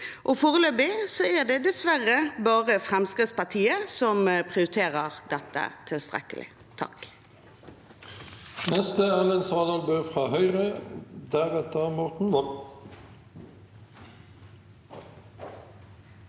foreløpig er det dessverre bare Fremskrittspartiet som prioriterer dette tilstrekkelig.